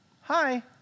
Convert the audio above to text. hi